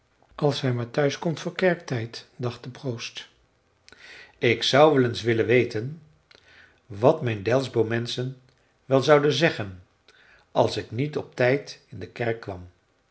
als hij maar thuiskomt voor kerktijd dacht de proost ik zou wel eens willen weten wat mijn delsbo menschen wel zouden zeggen als ik niet op tijd in de kerk kwam